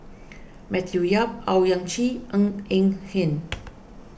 Matthew Yap Owyang Chi Ng Eng Hen